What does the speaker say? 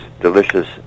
delicious